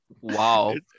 Wow